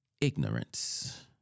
ignorance